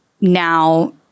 now